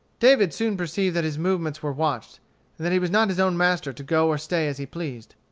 david soon perceived that his movements were watched, and that he was not his own master to go or stay as he pleased.